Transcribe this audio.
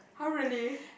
!huh! really